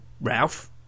Ralph